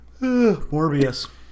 Morbius